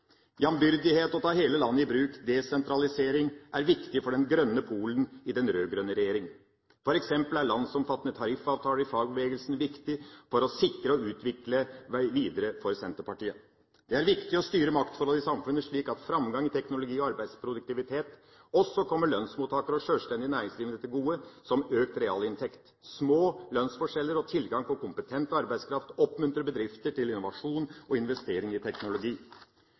Jambyrdighet og å ta hele landet i bruk – desentralisering – er viktig for den grønne pol i den rød-grønne regjeringa. For Senterpartiet er det f.eks. viktig å sikre og videreutvikle landsomfattende tariffavtaler i fagbevegelsen. Det er viktig å styre maktforholdene i samfunnet slik at framgang i teknologi og arbeidsproduktivitet også kommer lønnsmottakere og sjølstendig næringsdrivende til gode som økt realinntekt. Små lønnsforskjeller og tilgang til kompetent arbeidskraft oppmuntrer bedrifter til innovasjon og investering i teknologi.